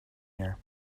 here